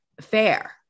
fair